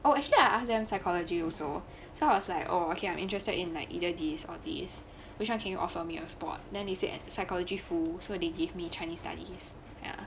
oh actually I ask them psychology also so I was like oh okay I'm interested in like either this or these which one can you offer me a spot then they said and psychology full so they give me chinese studies ya